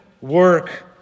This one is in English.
work